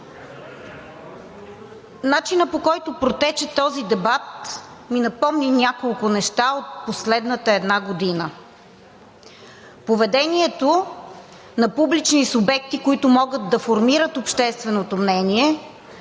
Начинът, по който протече този дебат, ми напомни няколко неща от последната една година. Поведението на публични субекти, които могат да формират общественото мнение,